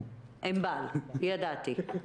ענבל, ידעתי.